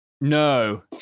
No